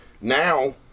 now